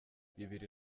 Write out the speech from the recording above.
bibiri